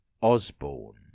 Osborne